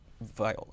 Viola